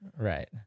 Right